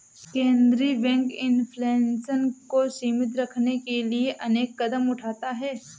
केंद्रीय bank inflation को सीमित रखने के लिए अनेक कदम उठाता है